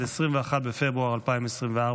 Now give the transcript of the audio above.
21 בפברואר 2024,